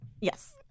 Yes